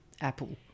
Apple